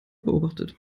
beobachtet